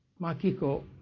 Makiko